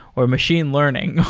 or machine learning,